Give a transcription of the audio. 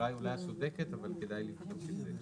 אולי את צודקת אבל כדאי לחדד את זה.